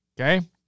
Okay